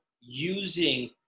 using